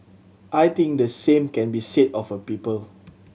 I think the same can be said of a people